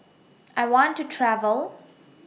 I want to travel